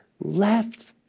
left